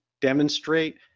demonstrate